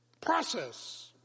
Process